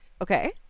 Okay